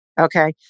okay